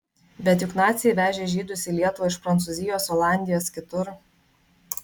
bet juk naciai vežė žydus į lietuvą iš prancūzijos olandijos kitur